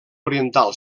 oriental